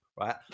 Right